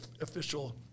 official